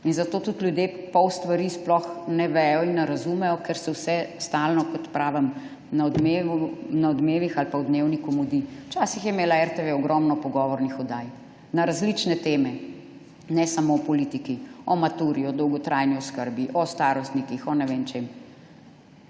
zato tudi ljudje pol stvari sploh ne vedo in ne razumejo, ker se vse stalno, kot pravim, na Odmevih ali pa v Dnevniku mudi. Včasih je imela RTV ogromno pogovornih oddaj na različne teme ne samo o politiki, o maturi, o dolgotrajni oskrbi, o starostnikih, o ne vem čem.